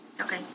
Okay